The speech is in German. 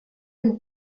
die